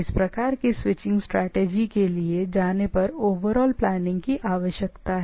इस प्रकार की स्विचिंग स्ट्रेटजी के लिए जाने पर ओवरऑल प्लानिंगकी आवश्यकता है